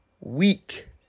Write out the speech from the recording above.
Week